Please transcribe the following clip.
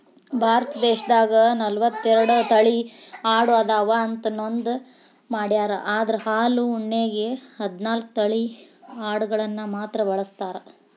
ಭಾರತ ದೇಶದಾಗ ನಲವತ್ತೆರಡು ತಳಿ ಆಡು ಅದಾವ ಅಂತ ನೋಂದ ಮಾಡ್ಯಾರ ಅದ್ರ ಹಾಲು ಉಣ್ಣೆಗೆ ಹದ್ನಾಲ್ಕ್ ತಳಿ ಅಡಗಳನ್ನ ಮಾತ್ರ ಬಳಸ್ತಾರ